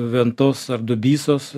ventos ar dubysos